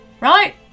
right